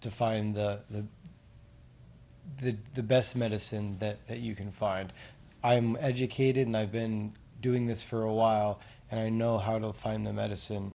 to find the best medicine that you can find i am educated and i've been doing this for a while and i know how to find the medicine